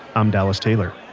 i'm dallas taylor